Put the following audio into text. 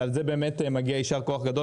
ועל זה באמת מגיע יישר כוח גדול,